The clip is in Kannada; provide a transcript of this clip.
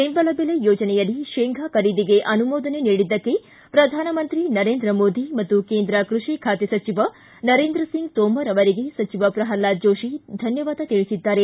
ಬೆಂಬಲ ಬೆಲೆ ಯೋಜನೆಯಡಿ ಶೇಂಗಾ ಖರೀದಿಗೆ ಅನುಮೋದನೆ ನೀಡಿದ್ದಕ್ಕೆ ಪ್ರಧಾನಮಂತ್ರಿ ನರೇಂದ್ರ ಮೋದಿ ಮತ್ತು ಕೇಂದ್ರ ಕೃಷಿ ಖಾತೆ ಸಚಿವ ನರೇಂದ್ರ ಸಿಂಗ್ ತೋಮರ್ ಅವರಿಗೆ ಸಚಿವ ಪ್ರಹ್ಲಾದ್ ಜೋಶಿ ಧನ್ಯವಾದ ತಿಳಿಸಿದ್ದಾರೆ